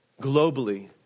globally